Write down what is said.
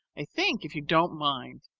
i think, if you don't mind,